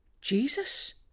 Jesus